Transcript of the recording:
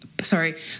sorry